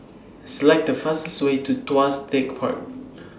Select The fastest Way to Tuas Tech Park